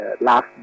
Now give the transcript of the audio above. Last